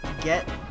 get